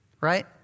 right